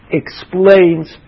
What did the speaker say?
explains